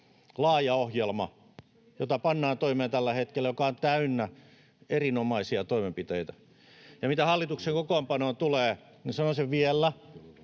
laaja ohjelma, jota pannaan toimeen tällä hetkellä, joka on täynnä erinomaisia toimenpiteitä. Ja mitä hallituksen kokoonpanoon tulee, niin sanon sen vielä,